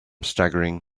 staggering